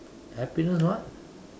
happiness what